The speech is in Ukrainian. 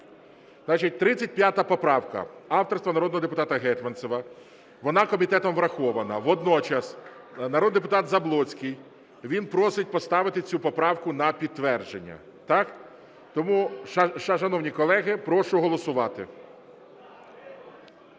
ставлю, 35 поправка, авторства народного депутата Гетманцева, вона комітетом врахована. Водночас народний депутат Заблоцький, він просить поставити цю поправку на підтвердження. Тому, шановні колеги, прошу голосувати.